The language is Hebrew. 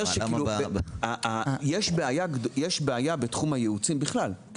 יש בעיה בתחום הייעוץ בכלל.